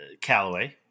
Callaway